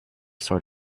sort